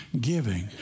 giving